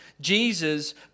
Jesus